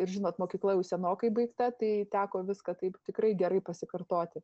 ir žinot mokykla jau senokai baigta tai teko viską taip tikrai gerai pasikartoti